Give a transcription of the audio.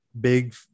big